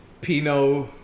Pinot